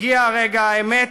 הגיע רגע האמת